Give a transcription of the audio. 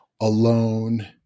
alone